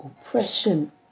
oppression